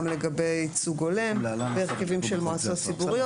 לגבי ייצוג הולם בהרכבים של מועצות ציבוריות,